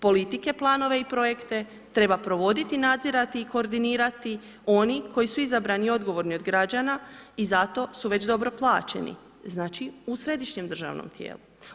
Politike, planove i projekte treba provoditi, nadzirati i koordinirati, oni koji su izabrani i odgovorni od građana i zato su već dobro plaćeni, znači u središnjem državnom tijelu.